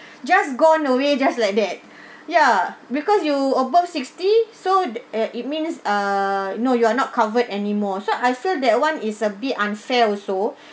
just gone away just like that ya because you above sixty so the eh it means uh no you're not covered anymore so I feel that one is a bit unfair also